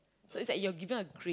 so it's like you are given a grade